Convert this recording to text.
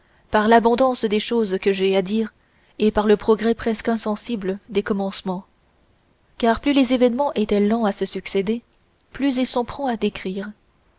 par l'abondance des choses que j'ai à dire et par le progrès presque insensible des commencements car plus les événements étaient lents à se succéder plus ils sont prompts à décrire